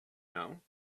now